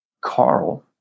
Carl